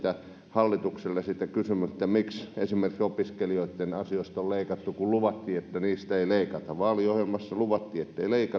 hallitukselle sitä kysymystä että miksi esimerkiksi opiskelijoitten asioista on leikattu kun luvattiin että niistä ei leikata vaaliohjelmassa luvattiin ettei leikata